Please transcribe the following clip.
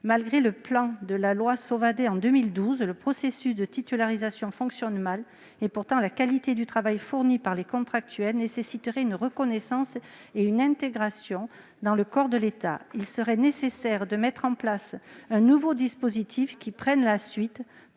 Malgré le plan institué par la loi Sauvadet en 2012, le processus de titularisation fonctionne mal. Pourtant, la qualité du travail fourni par les contractuels nécessiterait une reconnaissance et une intégration dans les corps de l'État. Il serait nécessaire de mettre en place un nouveau dispositif qui prenne la suite,